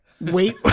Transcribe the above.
Wait